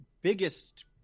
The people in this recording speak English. biggest